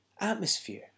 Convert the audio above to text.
atmosphere